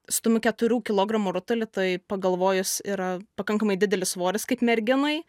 stumiu keturių kilogramų rutulį tai pagalvojus yra pakankamai didelis svoris kaip merginai